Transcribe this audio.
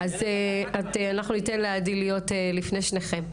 אז אנחנו ניתן לעדי להיות לפני שניכם.